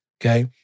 okay